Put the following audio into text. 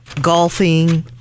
golfing